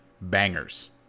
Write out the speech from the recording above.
Bangers